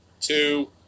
Two